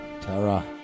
Tara